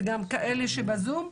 וגם אלה שבזום,